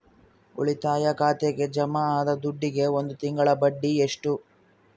ಉಳಿತಾಯ ಖಾತೆಗೆ ಜಮಾ ಆದ ದುಡ್ಡಿಗೆ ಒಂದು ತಿಂಗಳ ಬಡ್ಡಿ ಎಷ್ಟು?